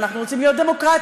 ואנחנו רוצים להיות דמוקרטיים,